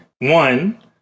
one